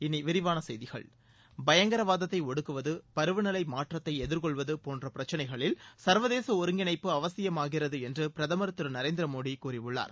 இனி விரிவான செய்திகள் பயங்கரவாதத்தை ஒடுக்குவது பருவநிலை மாற்றத்தை எதிர்கொள்வது போன்ற பிரச்சினைகளில் சர்வதேச ஒருங்கிணைப்பு அவசியமாகிறது என்று பிரதமர் திரு நரேந்திர மோடி கூறியுள்ளார்